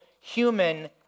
human